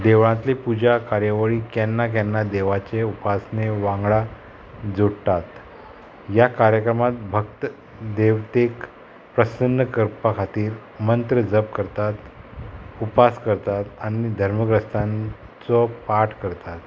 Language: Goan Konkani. देवळांतली पुजा कार्यावळी केन्ना केन्ना देवाचे उपासने वांगडा जोडटात ह्या कार्यक्रमांत भक्त देवतेक प्रसन्न करपा खातीर मंत्र जप करतात उपास करतात आनी धर्मग्रस्तांचो पाठ करतात